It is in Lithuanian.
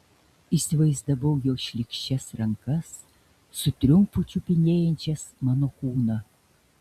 įsivaizdavau jo šlykščias rankas su triumfu čiupinėjančias mano kūną